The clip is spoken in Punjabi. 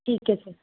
ਠੀਕ ਹੈ ਸਰ